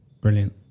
Brilliant